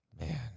Man